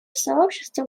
сообщество